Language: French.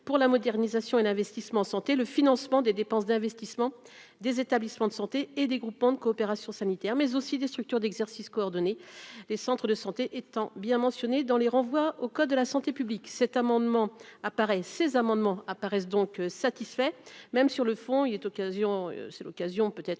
pour la modernisation et l'investissement santé le financement des dépenses d'investissement des établissements de santé et des groupements de coopération sanitaire mais aussi des structures d'exercice coordonné les centres de santé étant bien mentionné dans les renvoie au code de la santé publique, cet amendement apparaît ces amendements apparaissent donc satisfait même sur le fond il est occasion c'est